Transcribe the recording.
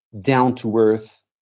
down-to-earth